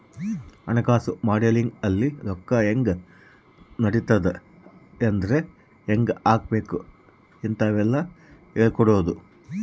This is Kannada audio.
ಹಣಕಾಸು ಮಾಡೆಲಿಂಗ್ ಅಲ್ಲಿ ರೊಕ್ಕ ಹೆಂಗ್ ನಡಿತದ ಎದ್ರಾಗ್ ಹೆಂಗ ಹಾಕಬೇಕ ಇಂತವೆಲ್ಲ ಹೇಳ್ಕೊಡೋದು